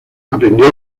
aprendió